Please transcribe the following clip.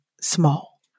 small